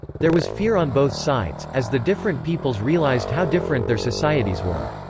there was fear on both sides, as the different peoples realized how different their societies were.